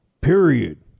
Period